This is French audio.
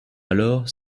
alors